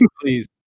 Please